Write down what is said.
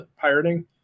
pirating